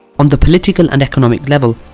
on the political and economic level,